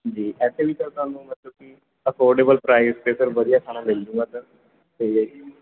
ਜੀ ਇਸਦੇ ਵਿੱਚ ਸਰ ਤੁਹਾਨੂੰ ਮਤਲਬ ਕਿ ਅਫੋਰਡੇਬਲ ਪ੍ਰਾਈਜ 'ਤੇ ਸਰ ਵਧੀਆ ਖਾਣਾ ਮਿਲ ਜੂਗਾ ਸਰ ਠੀਕ ਹੈ